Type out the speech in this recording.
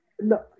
No